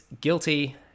guilty